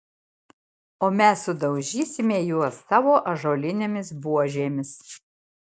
o mes sudaužysime juos savo ąžuolinėmis buožėmis